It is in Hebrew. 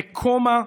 בקומה,